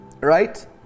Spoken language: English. right